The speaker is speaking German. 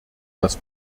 das